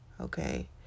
okay